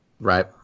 Right